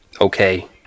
okay